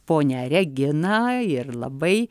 ponią reginą ir labai